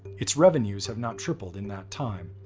its revenues have not tripled in that time.